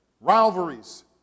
rivalries